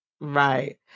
Right